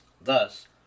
Thus